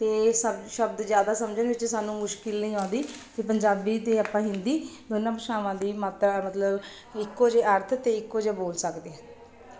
ਅਤੇ ਸਬ ਸ਼ਬਦ ਜ਼ਿਆਦਾ ਸਮਝਣ ਵਿੱਚ ਸਾਨੂੰ ਮੁਸ਼ਕਿਲ ਨਹੀਂ ਆਉਂਦੀ ਪੰਜਾਬੀ ਅਤੇ ਆਪਾਂ ਹਿੰਦੀ ਦੋਨਾਂ ਭਾਸ਼ਾਵਾਂ ਦੀ ਮਾਤਰਾ ਮਤਲਬ ਇੱਕੋ ਜਿਹੇ ਅਰਥ ਅਤੇ ਇੱਕੋ ਜਿਹਾ ਬੋਲ ਸਕਦੇ ਹਾਂ